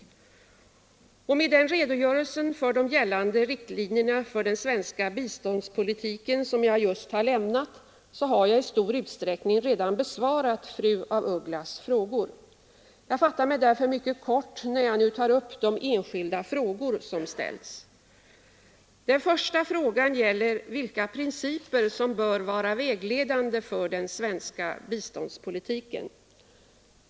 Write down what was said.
Nr 65 Med den redogörelse för de gällande riktlinjerna för den svenska Onsdagen den biståndspolitiken som jag just lämnat har jag i stor utsträckning redan 24 april 1974 besvarat fru af Ugglas” frågor. Jag fattar mig därför mycket kort när jag nu tar upp de enskilda frågor som ställts. Internationellt Den första frågan gäller vilka principer som bör vara vägledande för = Ufvecklingssamarbete den svenska biståndspolitiken.